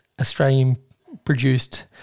Australian-produced